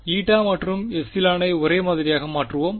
η மற்றும் ε ஐ ஒரே மாதிரியாக மாற்றுவோம்